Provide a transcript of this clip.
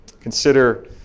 Consider